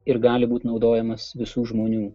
ir gali būti naudojamas visų žmonių